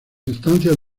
estancias